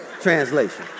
Translation